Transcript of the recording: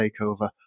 takeover